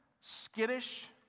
skittish